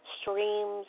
streams